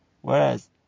Whereas